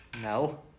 No